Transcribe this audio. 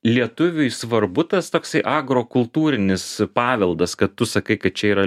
lietuviui svarbu tas toksai agrokultūrinis paveldas kad tu sakai kad čia yra